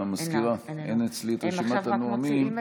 המזכירה, אין אצלי את רשימת הנואמים.